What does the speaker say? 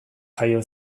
jaio